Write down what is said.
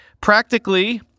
Practically